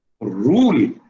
rule